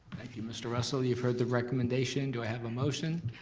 thank you mr. russell, you've heard the recommendation. do i have a motion?